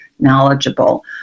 knowledgeable